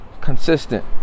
consistent